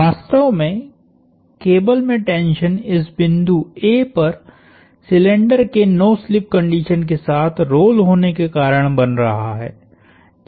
वास्तव में केबल में टेंशन इस बिंदु A पर सिलिंडर के नो स्लिप कंडीशन के साथ रोल होने का कारण बन रहा है